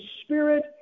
spirit